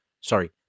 sorry